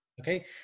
Okay